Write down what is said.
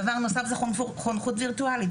דבר נוסף זה חונכות וירטואלית.